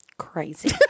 crazy